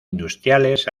industriales